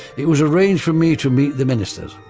it was arranged for me to meet the ministers.